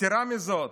יתרה מזאת,